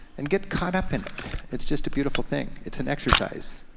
and get caught up in it. it's just a beautiful thing. it's an exercise,